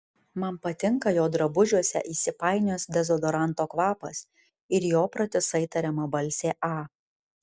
man patinka jo drabužiuose įsipainiojęs dezodoranto kvapas ir jo pratisai tariama balsė a